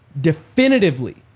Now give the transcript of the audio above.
definitively